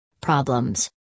Problems